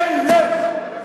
אין לב.